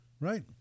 Right